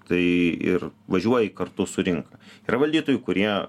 tai ir važiuoji kartu su rinka yra valdytojų kurie